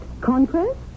Conquest